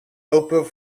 open